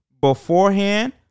beforehand